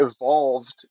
evolved